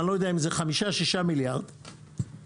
אני לא יודע אם זה 5 6 מיליארד הרווחיות